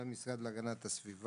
על מה?